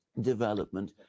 development